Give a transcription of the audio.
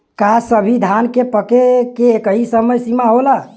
का सभी धान के पके के एकही समय सीमा होला?